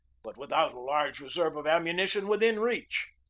but without a large reserve of ammuni tion within reach.